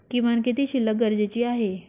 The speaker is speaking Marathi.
किमान किती शिल्लक गरजेची आहे?